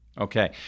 okay